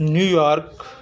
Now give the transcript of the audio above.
New York